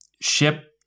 ship